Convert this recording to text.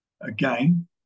again